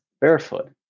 barefoot